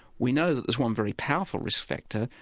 we know that there's one very powerful risk factor,